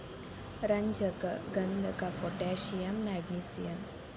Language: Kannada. ರಂಜಕ ಗಂಧಕ ಪೊಟ್ಯಾಷಿಯಂ ಮ್ಯಾಗ್ನಿಸಿಯಂ